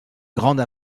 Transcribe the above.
grande